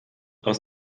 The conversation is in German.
aus